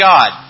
God